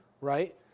Right